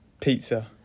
Pizza